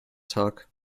tag